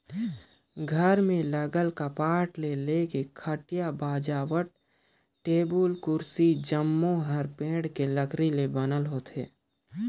घर में लगल कपाट ले लेके खटिया, बाजवट, टेबुल, कुरसी जम्मो हर पेड़ के लकरी ले बनल होथे